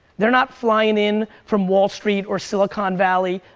they're not flying in from wall street or silicon valley,